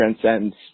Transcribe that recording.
transcends